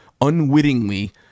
unwittingly